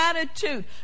attitude